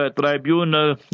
Tribunal